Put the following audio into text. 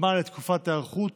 זמן להיערכות,